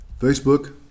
Facebook